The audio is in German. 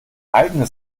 eigene